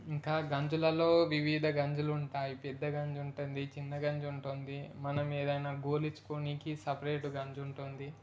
ఇంకా గంజులలో వివిధ గంజులు ఉంటాయి పెద్ద గంజుంటుంది చిన్న గంజుంటుంది మనము ఏదైనా గోలిచిన కోడానికి సపరేట్ గంజుంటుంది